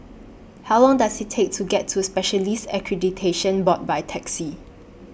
How Long Does IT Take to get to Specialists Accreditation Board By Taxi